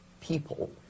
people